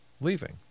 leaving